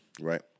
Right